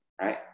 Right